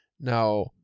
Now